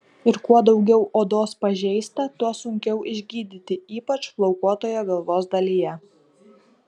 ir kuo daugiau odos pažeista tuo sunkiau išgydyti ypač plaukuotoje galvos dalyje